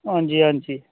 हां जी हां जी